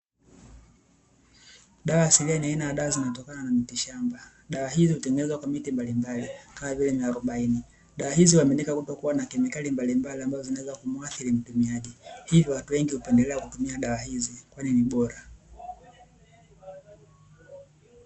Dawa asilia ni aina ya dawa zinatokana na mitishamba. Dawa hizi hutengenezwa kwa miti mbalimbali, kama vile miarobaini. Dawa hizi huaminika kutokuwa na kemikali mbalimbali ambazo zinaweza kumuathiri mtumiaji, hivyo watu wengi hupendelea kutumia dawa hizo, kwani ni bora.